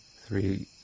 three